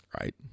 Right